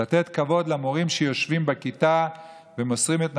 לתת כבוד למורים שיושבים בכיתה ומוסרים את נפשם,